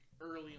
early